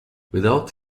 without